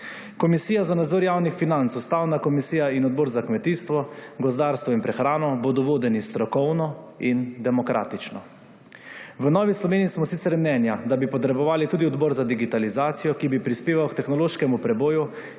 Komisija za nadzor javnih financ, Ustavna komisija in Odbor za kmetijstvo, gozdarstvo in prehrano bodo vodeni strokovno in demokratično. V Novi Sloveniji smo sicer mnenja, da bi potrebovali tudi odbor za digitalizacijo, ki bi prispeval k tehnološkemu preboju